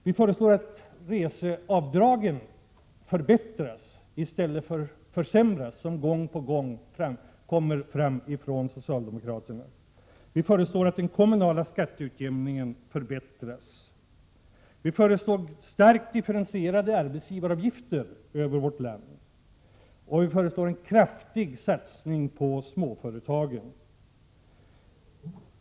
Vi föreslår att reseavdragen förbättras i stället för försämras. Socialdemokraterna har ju gång på gång genomfört och föreslagit försämringar. Vi föreslår att den kommunala skatteutjämningen förbättras. Vi föreslår starkt differentierade arbetsgivaravgifter i vårt land. Och vi föreslår en kraftig satsning på småföretagen.